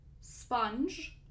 sponge